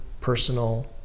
personal